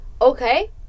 okay